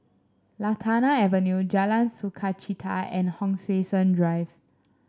Lantana Avenue Jalan Sukachita and Hon Sui Sen Drive